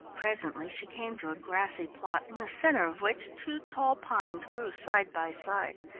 presently she came to a grassy plot, in the centre of which two tall pines grew side by side,